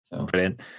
Brilliant